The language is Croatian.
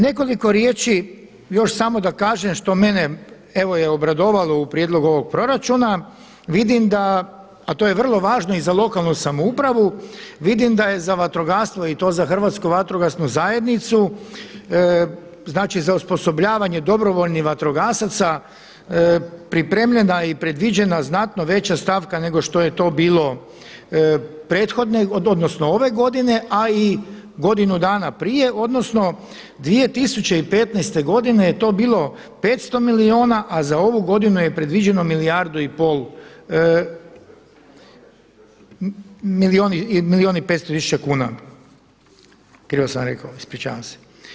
Nekoliko riječi još samo da kažem što mene evo je obradovalo u prijedlogu ovog proračuna, vidim da, a to je vrlo važno i za lokalnu samoupravu, vidim da je za vatrogastvo i to za Hrvatsku vatrogasnu zajednicu, znači za osposobljavanje dobrovoljnih vatrogasaca pripremljena i predviđena znatno veća stavka nego što je to bilo prethodne, odnosno ove godine a i godinu dana prije odnosno 2015. godine je to bilo 500 milijuna a za ovu godinu je predviđeno milijardu i pol, milijun i 500 tisuća kuna, krivo sam rekao, ispričavam se.